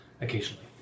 occasionally